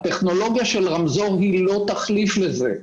הטכנולוגיה של רמזור היא לא תחליף לזה.